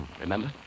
remember